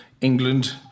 England